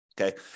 Okay